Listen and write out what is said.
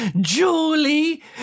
Julie